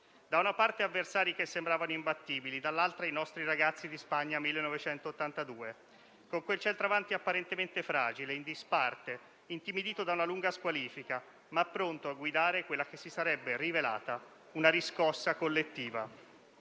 da una parte, avversari che sembravano imbattibili, dall'altra, i nostri ragazzi di Spagna 1982, con quel centravanti apparentemente fragile, in disparte, intimidito da una lunga squalifica, ma pronto a guidare quella che si sarebbe rivelata una riscossa collettiva.